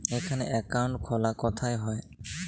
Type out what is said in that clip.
এখানে অ্যাকাউন্ট খোলা কোথায় হয়?